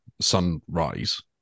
sunrise